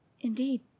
Indeed